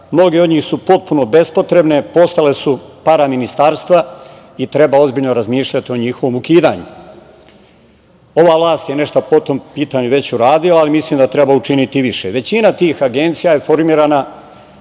Mnoge od njih su potpuno bespotrebne, postale su paraministarstva i treba ozbiljno razmišljati o njihovom ukidanju. Ova vlast je nešto po tom pitanju već uradila, ali mislim da treba učiniti više. Većina tih agencija je formirana